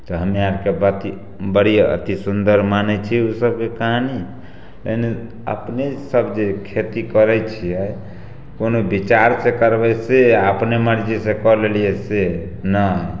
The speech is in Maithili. तऽ हमरा अरके बती बड़ी अति सुन्दर मानय छी उसब के कहानी अपने सब जे खेती करय छियै कोनो विचार से करबय से आओर अपने मर्जीसँ कऽ लेलियै से नहि